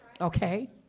okay